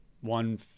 one